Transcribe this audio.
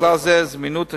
בכלל זה, זמינות השירות,